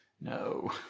No